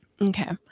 Okay